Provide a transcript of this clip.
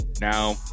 now